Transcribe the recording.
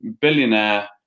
billionaire